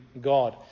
God